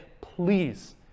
please